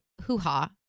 hoo-ha